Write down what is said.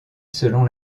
selon